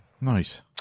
Nice